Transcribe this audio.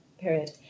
period